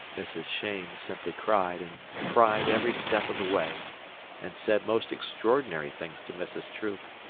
mrs. cheyne simply cried and cried every step of the way and said most extraordinary things to mrs. troop,